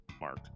Mark